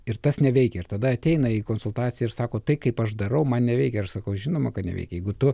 ir tas neveikia ir tada ateina į konsultaciją ir sako tai kaip aš darau man neveikia aš sakau žinoma kad neveikia jeigu tu